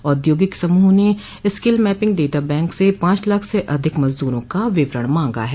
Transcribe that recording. औद्योगिक समूहों ने स्किल मैपिंग डाटा बैंक से पांच लाख से अधिक मजदूरों का विवरण मांगा है